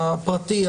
הפרטי,